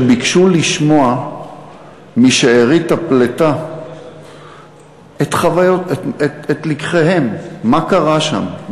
ביקשו שם לשמוע משארית הפליטה את לקחיהם: מה קרה שם?